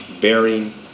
bearing